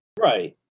Right